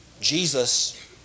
Jesus